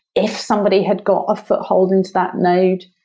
if somebody had got a foothold into that node,